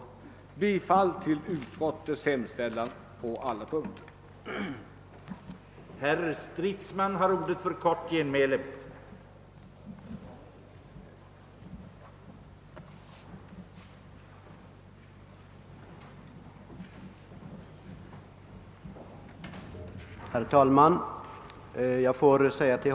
Jag yrkar bifall till bankoutskottets hemställan på alla punkter i dess utlåtanden nr 40 och nr 41.